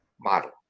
model